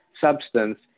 substance